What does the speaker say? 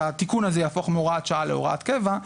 שהתיקון הזה יהפוך מהוראת שעה להוראת קבע,